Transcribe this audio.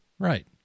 Right